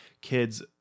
Kids